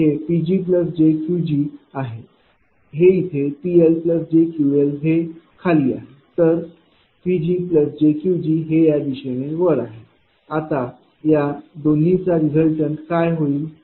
हे PgjQgआहे हे इथे PLjQLहे खाली आहे तर PgjQgहे या दिशेने वर आहे आता या दोनचा रीज़ल्टन्ट काय होईल